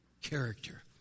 character